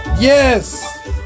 Yes